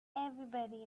everybody